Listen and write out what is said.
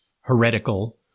heretical